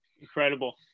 incredible